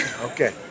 Okay